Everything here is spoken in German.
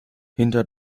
hinter